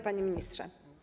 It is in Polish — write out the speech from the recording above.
Panie Ministrze!